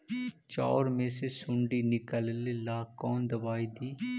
चाउर में से सुंडी निकले ला कौन दवाई दी?